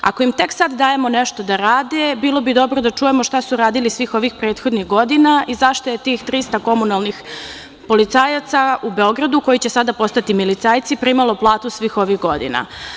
Ako im tek sad dajemo nešto da rade, bilo bi dobro da čujemo šta su radili svih ovih prethodnih godina i zašto je tih 300 komunalnih policajaca u Beogradu, koji će sada postati milicajci, primalo platu svih ovih godina.